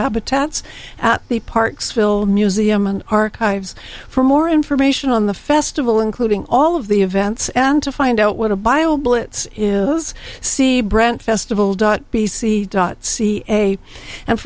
habitats at the park's phil museum and archives for more information on the festival including all of the events and to find out what a bio blitz is see brant festival dot b c dot ca and